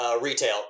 retail